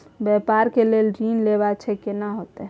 व्यापार के लेल ऋण लेबा छै केना होतै?